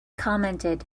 commented